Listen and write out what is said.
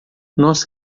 nós